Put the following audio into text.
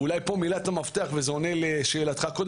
ואולי פה מילת המפתח וזה עונה לשאלתך קודם,